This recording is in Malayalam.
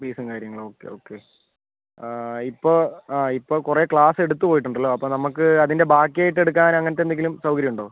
ഫീസും കാര്യങ്ങളും ഓക്കെ ഓക്കെ ഇപ്പോൾ ആ ഇപ്പോൾ കുറേ ക്ലാസ്സ് എടുത്ത് പോയിട്ടുണ്ടല്ലോ അപ്പോൾ നമുക്ക് അതിൻ്റെ ബാക്കിയായിട്ടെടുക്കാൻ അങ്ങനത്തെ എന്തെങ്കിലും സൗകര്യമുണ്ടോ